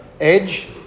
edge